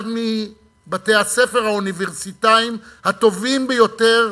אחד מבתי-הספר האוניברסיטאיים הטובים ביותר